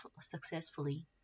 successfully